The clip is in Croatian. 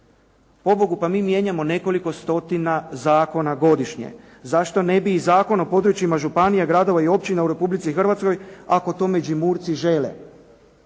Pobogu pa mi mijenjamo nekoliko stotina zakona godišnje. Zašto ne bi Zakon o područjima županija, gradova i općina u Republici Hrvatskoj ako to Međimurci žele.